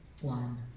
one